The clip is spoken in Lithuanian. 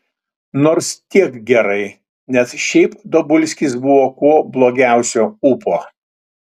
nors tiek gerai nes šiaip dabulskis buvo kuo blogiausio ūpo